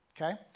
okay